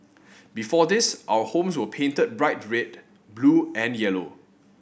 before this our homes were painted bright red blue and yellow